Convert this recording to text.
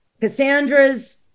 Cassandra's